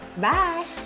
Bye